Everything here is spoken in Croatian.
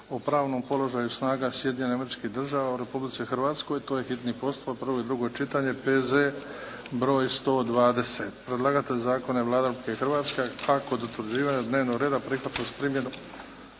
o pravnom položaju snaga Sjedinjenih Američkih Država u Republici Hrvatskoj. To je hitni postupak, prvo i drugo čitanje. P.Z. broj 120. Predlagatelj zakona je Vlada Republike Hrvatske, a kod utvrđivanja dnevnog reda prihvatili smo primjenu